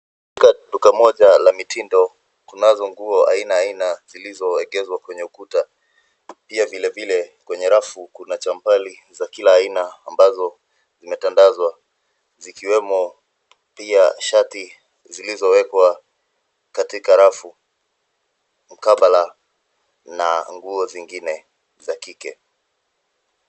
Katika duka moja la mitindo, kunazo nguo aina aina zilizoegezwa kwenye ukuta. Pia vilevile kwenye rafu kuna champali za kila aina ambazo zimetandazwa zikiwemo pia shati zilizowekwa katika rafu mkabala na nguo zingine za kike.